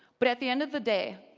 but at the end of the day,